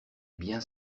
bien